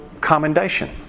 commendation